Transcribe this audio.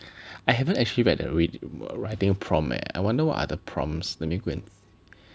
I haven't actually read the re~ writing prompt leh I wonder what are the prompts let me go and see